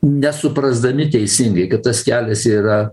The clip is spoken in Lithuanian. nesuprasdami teisingai kad tas kelias yra